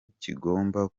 kigomba